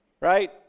Right